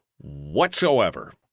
whatsoever